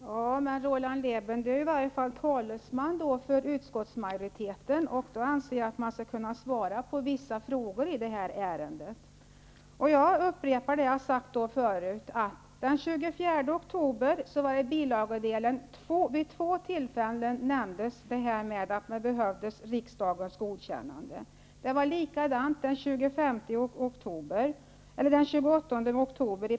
Herr talman! Roland Lében är talesman för utskottsmajoriteten. Då skall han kunna svara på vissa frågor i ärendet. Jag upprepar det jag har sagt tidigare. Den 24 oktober nämndes det vid två tillfällen att riksdagens godkännande behövdes. Det var likadant i pressmeddelandet den 28 oktober.